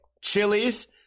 chilies